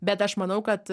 bet aš manau kad